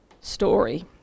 story